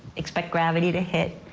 expect gravity to hit.